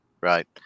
Right